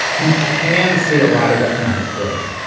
you can see a lot of economic growth.